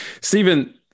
Stephen